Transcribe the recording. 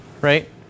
right